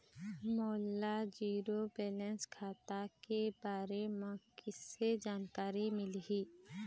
मोला zero balance खाता के बारे म कैसे जानकारी मिलही?